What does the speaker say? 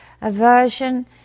aversion